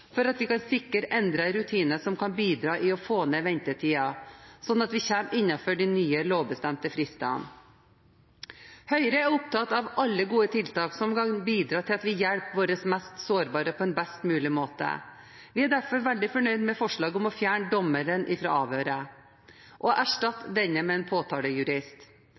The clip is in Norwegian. for å sikre endrede rutiner som kan bidra til å få ned ventetiden, slik at vi kommer innenfor de nye lovbestemte fristene. Høyre er opptatt av alle gode tiltak som kan bidra til at vi hjelper våre mest sårbare på en best mulig måte. Vi er derfor veldig fornøyd med forslaget om å fjerne dommeren fra avhøret og erstatte denne med en påtalejurist.